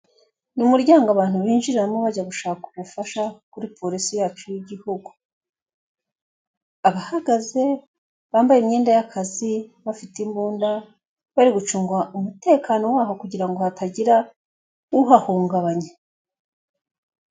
Umuryango abantu binjiramo bajya gushaka ubufasha kuri polisi yacu y'igihugu abahagaze bambaye imyenda y'akazi bafite imbunda bari gucunga umutekano waho kugira ngo hatagira uhahungabanya.